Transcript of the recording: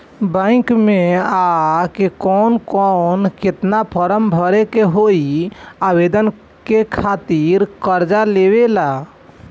Bank मे आ के कौन और केतना फारम भरे के होयी आवेदन करे के खातिर कर्जा लेवे ला?